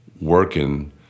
working